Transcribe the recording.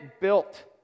built